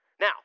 Now